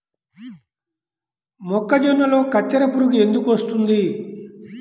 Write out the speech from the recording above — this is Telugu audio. మొక్కజొన్నలో కత్తెర పురుగు ఎందుకు వస్తుంది?